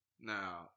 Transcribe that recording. Now